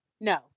no